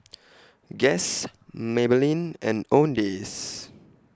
Guess Maybelline and Owndays